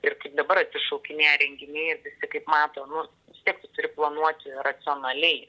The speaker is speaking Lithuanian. ir kaip dabar atsišaukinėja renginiai ir visi kaip mato mus vis tiek tu turi planuoti racionaliai